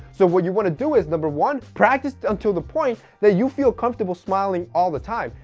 so what you want to do is number one practice until the point that you feel comfortable smiling all the time.